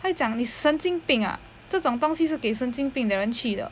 他会讲你神经病啊这种东西是给神经病的人去的